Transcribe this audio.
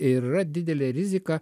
ir yra didelė rizika